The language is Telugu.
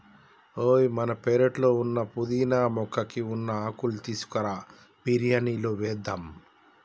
ఓయ్ మన పెరట్లో ఉన్న పుదీనా మొక్కకి ఉన్న ఆకులు తీసుకురా బిరియానిలో వేద్దాం